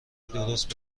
درست